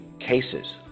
cases